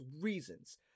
reasons